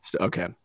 Okay